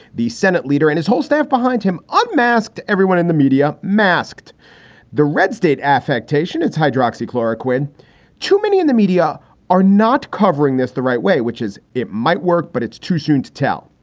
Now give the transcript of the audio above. the senate leader, and his whole staff behind him unmasked. everyone in the media masked the red-state affectation. its hydroxy chloroquine to many in the media are not covering this the right way, which is it might work, but it's too soon to tell.